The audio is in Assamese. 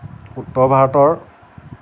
উত্তৰ ভাৰতৰ